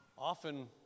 Often